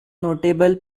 notable